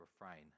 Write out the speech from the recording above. refrain